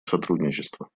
сотрудничество